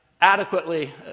adequately